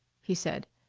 he said.